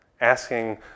asking